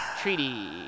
Treaty